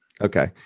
Okay